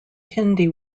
hindi